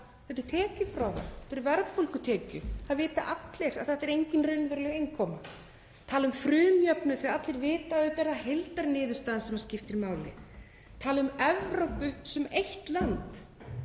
Þetta er tekjufroða, þetta eru verðbólgutekjur. Það vita allir að þetta er engin raunveruleg innkoma. Tala um frumjöfnuð þegar allir vita að auðvitað er það heildarniðurstaðan sem skiptir máli. Tala um Evrópu sem eitt land,